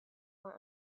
for